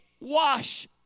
wash